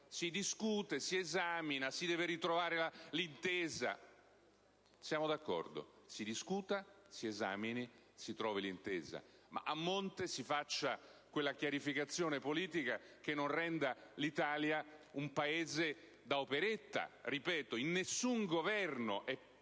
si discute, si esamina, si deve ritrovare l'intesa. Siamo d'accordo: si discuta, si esamini, si trovi l'intesa, ma a monte si faccia quella chiarificazione politica che non renda l'Italia un Paese da operetta. Ripeto: in nessun Governo è